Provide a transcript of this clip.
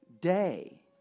day